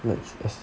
let's